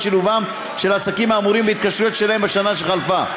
שילובם של עסקים האמורים בהתקשרויות שלהם בשנה שחלפה.